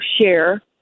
share